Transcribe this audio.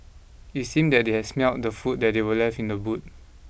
it seemed that they had smelt the food that were left in the boot